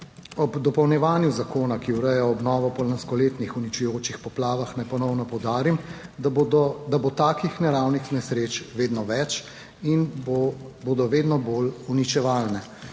Ob dopolnjevanju zakona, ki ureja obnovo po lanskoletnih uničujočih poplavah naj ponovno poudarim, da bodo, da bo takih naravnih nesreč vedno več in bodo vedno bolj uničevalne,